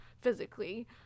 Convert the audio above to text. Physically